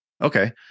Okay